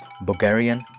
Bulgarian